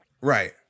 Right